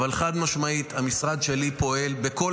אבל חד-משמעית המשרד שלי פועל בכל